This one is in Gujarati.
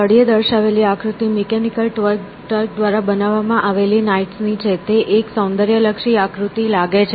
અને તળિયે દર્શાવેલી આકૃતિ મિકેનિકલ ટર્ક દ્વારા બનાવવામાં આવેલી knights ની છે તે એક સૌંદર્યલક્ષી આકૃતિ લાગે છે